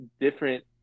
different